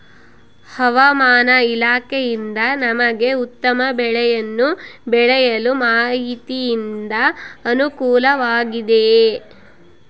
ಹವಮಾನ ಇಲಾಖೆಯಿಂದ ನಮಗೆ ಉತ್ತಮ ಬೆಳೆಯನ್ನು ಬೆಳೆಯಲು ಮಾಹಿತಿಯಿಂದ ಅನುಕೂಲವಾಗಿದೆಯೆ?